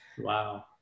wow